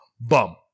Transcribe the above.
Bum